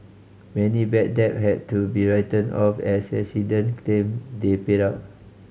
many bad debt had to be written off as resident claim they paid up